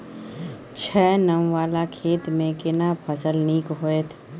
छै ॉंव वाला खेत में केना फसल नीक होयत?